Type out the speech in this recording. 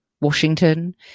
Washington